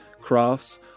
crafts